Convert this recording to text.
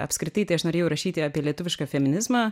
apskritai tai aš norėjau rašyti apie lietuvišką feminizmą